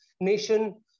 nation